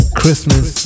christmas